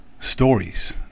stories